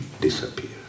disappear